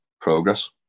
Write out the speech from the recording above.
Progress